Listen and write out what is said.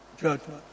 judgment